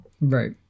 right